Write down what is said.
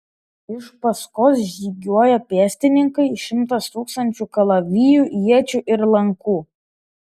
iš paskos žygiuoja pėstininkai šimtas tūkstančių kalavijų iečių ir lankų